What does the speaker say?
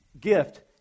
gift